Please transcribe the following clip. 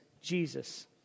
Jesus